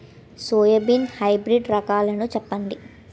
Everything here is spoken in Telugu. సోయాబీన్ హైబ్రిడ్ రకాలను చెప్పండి?